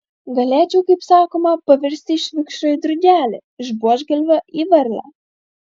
galėčiau kaip sakoma pavirsti iš vikšro į drugelį iš buožgalvio į varlę